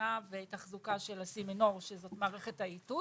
התקנה ותחזוקה של הסימנור שזו מערכת האיתות.